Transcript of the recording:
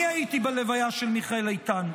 אני הייתי בלוויה של מיכאל איתן.